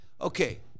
Okay